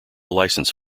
license